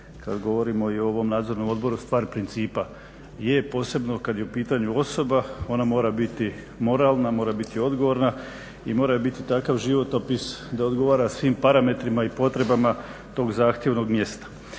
kad govorimo i o ovom Nadzornom odboru stvar principa. Je, posebno kad je u pitanju osoba. Ona mora biti moralna, mora biti odgovorna i mora joj biti takav životopis da odgovara svim parametrima i potrebama tog zahtjevnog mjesta.